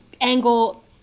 angle